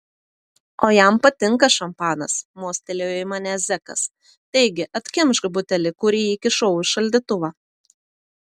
o jam patinka šampanas mostelėjo į mane zekas taigi atkimšk butelį kurį įkišau į šaldytuvą